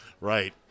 Right